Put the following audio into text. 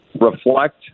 reflect